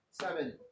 Seven